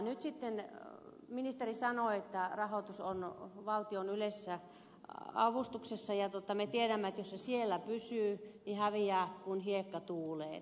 nyt sitten ministeri sanoi että rahoitus on valtion yleisessä avustuksessa ja me tiedämme että jos se siellä pysyy niin se häviää kuin hiekka tuuleen